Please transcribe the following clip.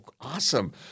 Awesome